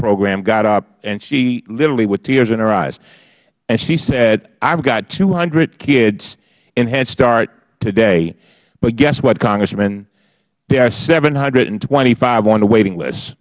program got up and she literally with tears in her eyes and she said i have two hundred kids in head start today but guess what congressman there are seven hundred and twenty five on the waiting list